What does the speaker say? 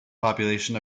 population